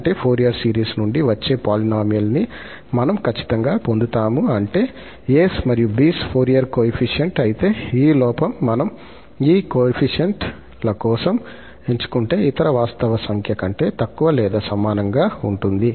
అంటే Fourier series నుండి వచ్చే పోలీనోమిల్ ని మనం ఖచ్చితంగా పొందుతాము అంటే ఈ 𝑎′𝑠 మరియు 𝑏′𝑠 ఫోరియర్ కోయెఫిషియంట్ అయితే ఈ లోపం మనం ఈ కోయెఫిషియంట్ ల కోసం ఎంచుకుంటే ఇతర వాస్తవ సంఖ్య కంటే తక్కువ లేదా సమానంగా ఉంటుంది